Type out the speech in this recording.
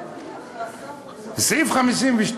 סעיף 52,